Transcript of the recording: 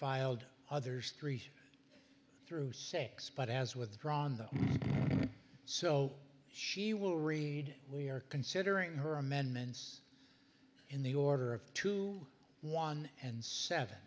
filed others three through six but as withdrawn the so she will read we are considering her amendments in the order of two one and seven